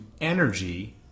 energy